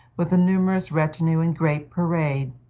with a numerous retinue and great parade.